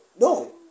No